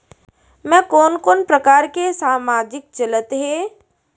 मैं कोन कोन प्रकार के सामाजिक चलत हे?